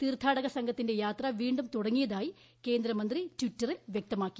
തീർത്ഥാടക സംഘത്തിന്റെ യാത്ര വീണ്ടും തുടങ്ങിയതായി കേന്ദ്രമന്ത്രി ടിറ്ററിൽ വൃക്തമാക്കി